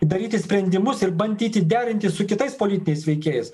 daryti sprendimus ir bandyti derinti su kitais politiniais veikėjais